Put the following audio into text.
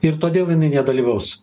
ir todėl jinai nedalyvaus